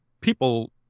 people